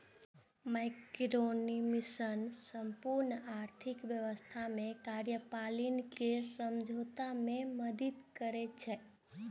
microeconomics संपूर्ण आर्थिक व्यवस्थाक कार्यप्रणाली कें समझै मे मदति करै छै